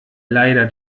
leider